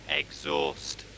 exhaust